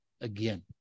again